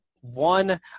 One